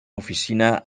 oficina